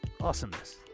Awesomeness